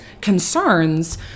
concerns